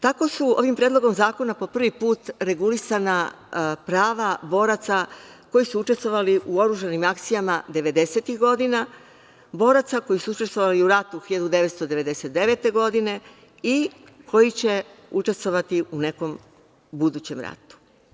Tako su ovim predlogom zakona po prvi put regulisana prava boraca koji su učestvovali u oružanim akcijama devedesetih godina, boraca koji su učestvovali u ratu 1999. godine i koji će učestvovati u nekom budućem ratu.